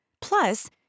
Plus